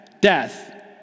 death